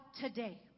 today